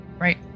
Right